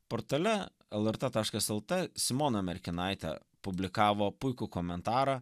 portale lrt taškas elte simona merkinaitė publikavo puikų komentarą